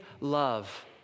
love